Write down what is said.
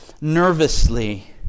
nervously